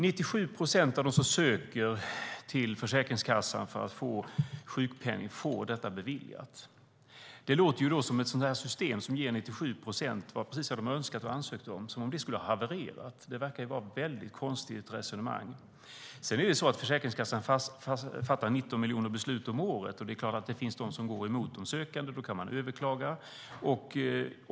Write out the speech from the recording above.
97 procent av dem som söker hos Försäkringskassan för att få sjukpenning får detta beviljat. Det låter nu som om ett system som ger 97 procent av alla precis det som de har önskat och ansökt om skulle ha havererat. Det verkar vara ett väldigt konstigt resonemang. Försäkringskassan fattar 19 miljoner beslut om året, och det är klart att det finns beslut som går emot de sökande. Då kan man överklaga.